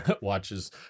watches